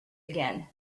again